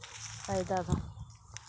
ᱠᱟᱭᱫᱟ ᱫᱚ